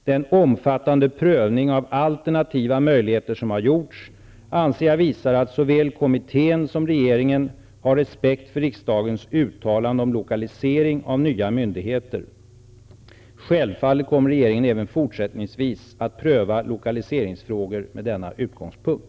Den omfattande prövning av alternativa möjligheter som har gjorts anser jag visar att såväl kommittén som regeringen har respekt för riksdagens uttalande om lokalisering av nya myndigheter. Självfallet kommer regeringen även fortsättningsvis att pröva lokaliseringsfrågor med denna utgångspunkt.